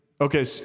Okay